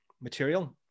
material